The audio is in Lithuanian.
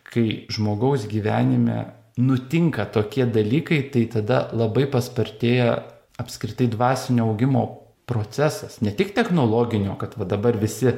kai žmogaus gyvenime nutinka tokie dalykai tai tada labai paspartėja apskritai dvasinio augimo procesas ne tik technologinio kad va dabar visi